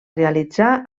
realitzar